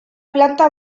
planta